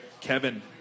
Kevin